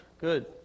Good